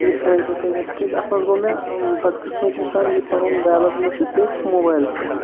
یہِ ہٲۍ تو تُہۍ مےٚ تِکیٛازِ اَتھ منٛز گوٚو مےٚ ٲں بدقٕسمتی سان یہِ پَنُن ویٚلٹ مٔشِتھ بیٚیہِ موبایِل فون